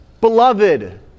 Beloved